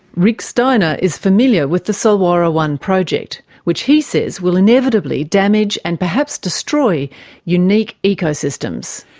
rick steiner is familiar with the solwara one project, which he says will inevitably damage and perhaps destroy unique eco-systems.